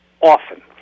often –